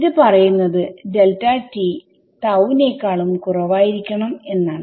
ഇത് പറയുന്നത് delta t tau നേക്കാളും കുറവായിരിക്കണം എന്നാണ്